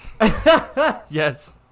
yes